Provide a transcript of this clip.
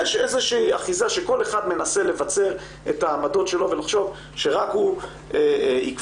יש איזושהי אחיזה שכל אחד מנסה לבצר את העמדות שלו ולחשוב שרק הוא יקבע.